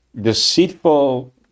deceitful